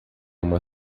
uma